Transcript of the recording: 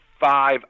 five